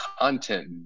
content